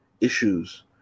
issues